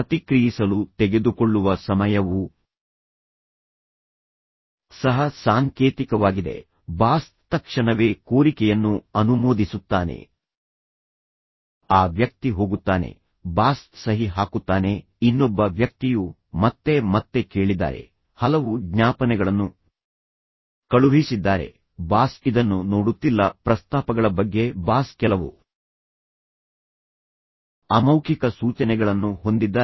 ಪ್ರತಿಕ್ರಿಯಿಸಲು ತೆಗೆದುಕೊಳ್ಳುವ ಸಮಯವೂ ಸಹ ಸಾಂಕೇತಿಕವಾಗಿದೆ ಬಾಸ್ ತಕ್ಷಣವೇ ಕೋರಿಕೆಯನ್ನು ಅನುಮೋದಿಸುತ್ತಾನೆ ಆ ವ್ಯಕ್ತಿ ಹೋಗುತ್ತಾನೆ ಬಾಸ್ ಸಹಿ ಹಾಕುತ್ತಾನೆ ಇನ್ನೊಬ್ಬ ವ್ಯಕ್ತಿಯು ಮತ್ತೆ ಮತ್ತೆ ಕೇಳಿದ್ದಾರೆ ಹಲವು ಜ್ಞಾಪನೆಗಳನ್ನು ಕಳುಹಿಸಿದ್ದಾರೆ ಬಾಸ್ ಇದನ್ನು ನೋಡುತ್ತಿಲ್ಲ ಪ್ರಸ್ತಾಪಗಳ ಬಗ್ಗೆ ಬಾಸ್ ಕೆಲವು ಅಮೌಖಿಕ ಸೂಚನೆಗಳನ್ನು ಹೊಂದಿದ್ದಾರೆ